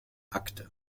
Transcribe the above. akte